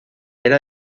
era